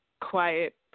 quiet